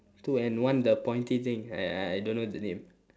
two and one the pointy thing I I I don't know the name